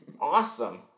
Awesome